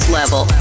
level